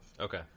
Okay